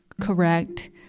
correct